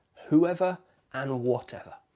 whoever and whatever.